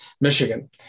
Michigan